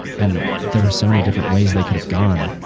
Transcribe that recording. and there were so many different ways they could have gone.